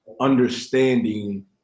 understanding